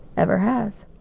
ever has.